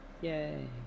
Yay